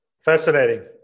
Fascinating